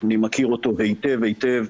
אני מכיר אותו היטב היטב.